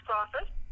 office